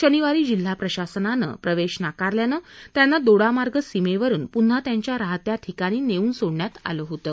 शनिवारी जिल्हा प्रशासनानं प्रवेश नाकारल्यान त्यांना दोडामार्ग सीमेवरुन पुन्हा त्यांच्या राहत्या ठिकाणी नेऊन सोडण्यात आलं होतं